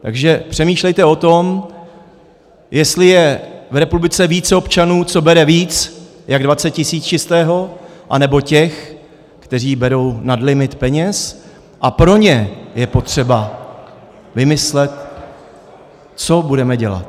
Takže přemýšlejte o tom, jestli je v republice více občanů, co berou víc jak 20 tisíc čistého, anebo těch, kteří berou nadlimit peněz, a pro ně je potřeba vymyslet, co budeme dělat.